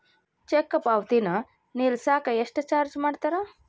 check ಪಾವತಿನ ನಿಲ್ಸಕ ಎಷ್ಟ ಚಾರ್ಜ್ ಮಾಡ್ತಾರಾ